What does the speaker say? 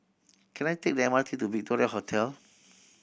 can I take the M R T to Victoria Hotel